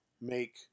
make